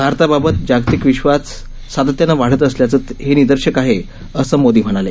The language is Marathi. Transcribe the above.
भारताबाबत जागतिक विश्वास सातत्यानं वाढत असल्याचं हे निदर्शक आहे असं मोदी म्हणाले